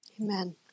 Amen